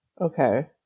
Okay